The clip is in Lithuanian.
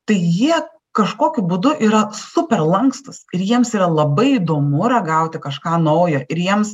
tai jie kažkokiu būdu yra super lankstūs ir jiems yra labai įdomu ragauti kažką naujo ir jiems